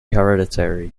hereditary